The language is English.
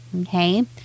okay